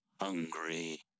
hungry